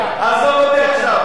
איפה הוא היה?